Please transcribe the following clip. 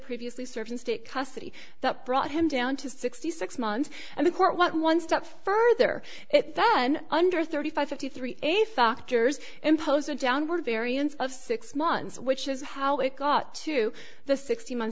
previously served in state custody that brought him down to sixty six months and the court went one step further it then under thirty five fifty three a factors impose a downward variance of six months which is how it got to the sixty m